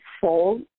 fall